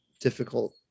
difficult